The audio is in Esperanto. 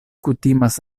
kutimas